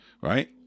Right